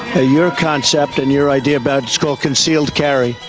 ah your concept and your idea about, it's called concealed carry,